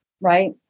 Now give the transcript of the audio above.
Right